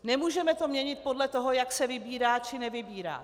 Nemůžeme to měnit podle toho, jak se vybírá, či nevybírá.